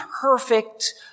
perfect